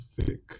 thick